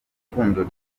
ipfundo